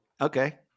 Okay